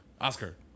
Oscar